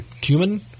cumin